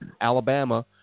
Alabama